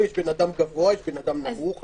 יש אדם גבוה, יש נמוך.